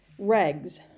Regs